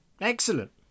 Excellent